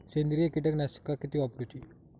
सेंद्रिय कीटकनाशका किती वापरूची?